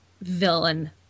villain